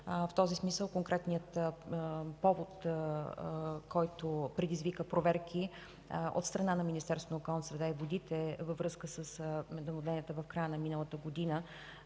В този смисъл конкретният повод, който предизвика проверки от страна на Министерството на околната среда и водите във връзка с наводненията в края на миналата година